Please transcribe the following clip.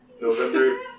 November